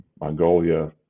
Mongolia